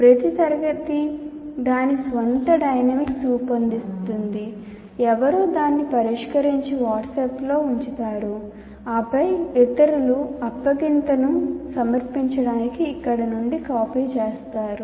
ప్రతి తరగతి దాని స్వంత డైనమిక్స్ను రూపొందిస్తుంది ఎవరో దాన్ని పరిష్కరించి వాట్సాప్లో ఉంచుతారు ఆపై ఇతరులు అప్పగింతను సమర్పించడానికి అక్కడ నుండి కాపీ చేస్తారు